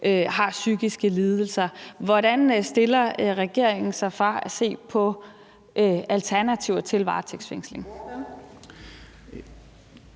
har psykiske lidelser. Hvordan stiller regeringen sig i forhold til at se på alternativer til varetægtsfængsling?